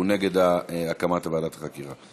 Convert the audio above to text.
והוא נגד הקמת ועדת החקירה.